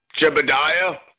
Jebediah